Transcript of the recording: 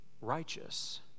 righteous